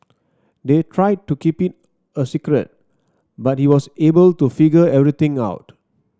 they tried to keep it a secret but he was able to figure everything out